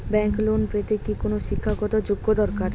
Bank loan পেতে কি কোনো শিক্ষা গত যোগ্য দরকার?